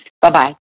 Bye-bye